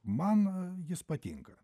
man jis patinka